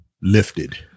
lifted